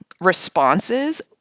responses